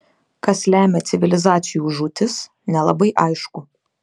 kas lemia civilizacijų žūtis nelabai aišku